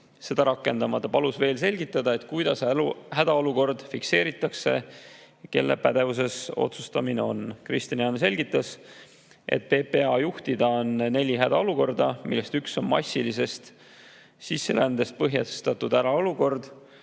seda rakendama. Ta palus veel selgitada, kuidas hädaolukord fikseeritakse ja kelle pädevuses otsustamine on. Kristian Jaani selgitas, et PPA juhtida on neli hädaolukorda, millest üks on massilisest sisserändest põhjustatud hädaolukord.